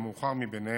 המאוחר מבניהם,